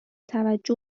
توجه